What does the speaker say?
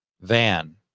van